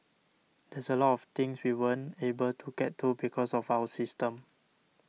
there's a lot of things we weren't able to get to because of our system